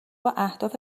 اهداف